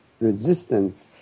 resistance